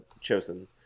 chosen